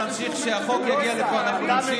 כשהחוק יגיע לפה אנחנו נמשיך.